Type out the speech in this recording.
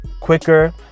quicker